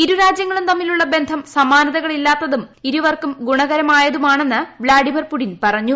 ഇരുരാജ്യങ്ങളും തമ്മിലുള്ള ബന്ധം സമാനതകളില്ലാത്തതും ഇരുവർക്കും ഗുണകരമായതുമാണെന്ന് വ്ളാഡിമിർ പുടിൻ പറഞ്ഞു